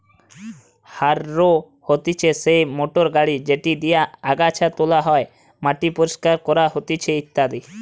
harrow হতিছে সেই motor গাড়ি যেটি দিয়া আগাছা তোলা হয়, মাটি পরিষ্কার করা হতিছে ইত্যাদি